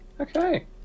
Okay